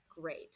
great